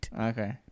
Okay